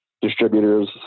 distributors